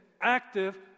active